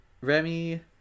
Remy